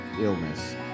illness